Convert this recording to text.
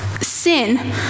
sin